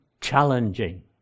challenging